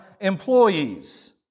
employees